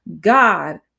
God